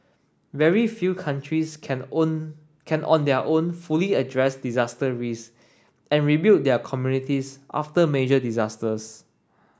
very few countries can own can on their own fully address disaster risk and rebuild their communities after major disasters